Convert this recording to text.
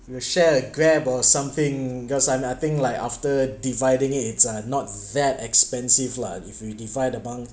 we'll share a Grab or something because I'm I think like after dividing it it's uh not that expensive lah if you divide among